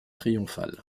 triomphal